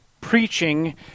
preaching